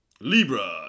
Libra